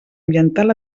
ambiental